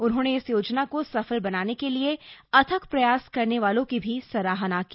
उन्होंने इस योजना को सफल बनाने के लिए अथक प्रयास करने वालों की भी सराहना की